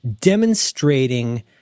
demonstrating